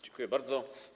Dziękuję bardzo.